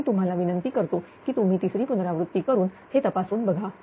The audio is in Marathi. तर मी तुम्हाला विनंती करतो की तुम्ही तिसरी पुनरावृत्ती करून हे तपासून बघा